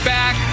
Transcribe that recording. back